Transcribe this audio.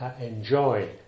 enjoy